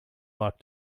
like